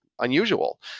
unusual